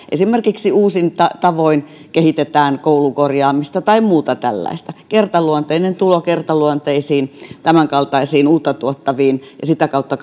esimerkiksi uusin tavoin kehitetään koulukorjaamista tai muuta tällaista kertaluonteinen tulo kertaluonteisiin tämän kaltaisiin uutta tuottaviin ja sitä kautta